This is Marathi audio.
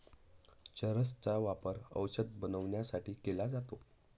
चरस चा वापर औषध बनवण्यासाठी केला जातो